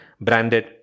branded